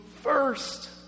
first